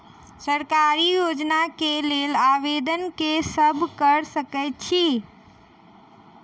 सरकारी योजना केँ लेल आवेदन केँ सब कऽ सकैत अछि?